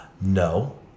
No